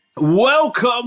Welcome